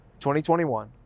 2021